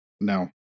No